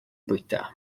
bwyta